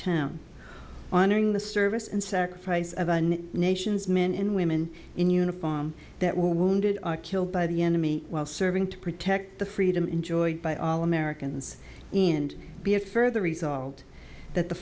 town honoring the service and sacrifice of a nation's men and women in uniform that were wounded or killed by the enemy while serving to protect the freedom enjoyed by all americans in and be a further result that the